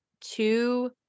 two